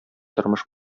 тормыш